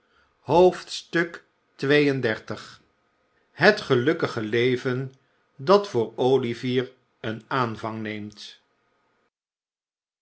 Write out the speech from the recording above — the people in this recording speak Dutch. xxxii het gelukkige leven bat voob olivier een aanvang neemt